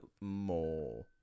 more